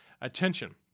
attention